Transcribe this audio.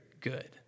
good